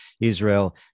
Israel